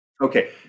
Okay